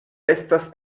estas